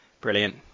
Brilliant